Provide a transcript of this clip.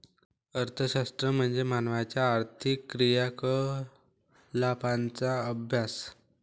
अर्थशास्त्र म्हणजे मानवाच्या आर्थिक क्रियाकलापांचा अभ्यास